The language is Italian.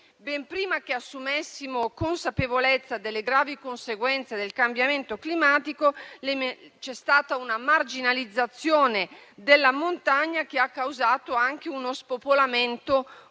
ben prima che assumessimo consapevolezza delle gravi conseguenze del cambiamento climatico c'è stata una marginalizzazione della montagna, che ha causato anche uno spopolamento molto